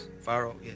pharaoh